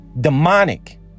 Demonic